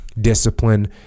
Discipline